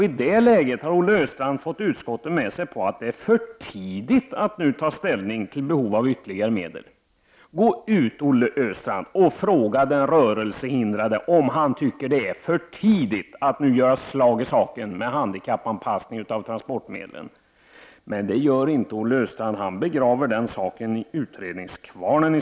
I detta läge har Olle Östrand fått utskottet med sig på att det är för tidigt att nu ta ställning till behov av ytterligare medel. Gå ut, Olle Östrand, och fråga den rörelsehindrade om han tycker att det är för tidigt att nu göra slag i saken med en handikappanpassning av transportmedlen! Detta gör emellertid inte Olle Östrand, utan han begraver denna fråga i utredningskvarnen.